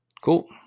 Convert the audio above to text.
Cool